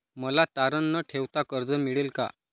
मला तारण न ठेवता कर्ज मिळेल का?